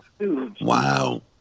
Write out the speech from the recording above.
Wow